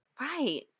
Right